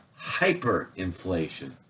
hyperinflation